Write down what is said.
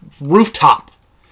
rooftop